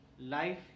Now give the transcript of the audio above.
life